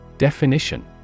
Definition